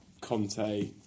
Conte